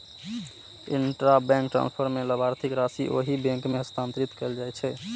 intrabank transfer मे लाभार्थीक राशि ओहि बैंक मे हस्तांतरित कैल जाइ छै